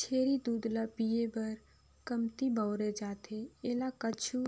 छेरी दूद ल पिए बर कमती बउरे जाथे एला कुछु